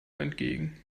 entgegen